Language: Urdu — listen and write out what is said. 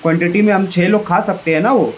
کوانٹٹی میں ہم چھ لوگ کھا سکتے ہیں نا وہ